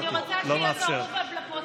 אני רוצה שיהיה ברור לפרוטוקול,